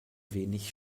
wenig